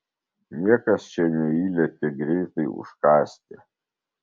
niekas čia neįlekia greitai užkąsti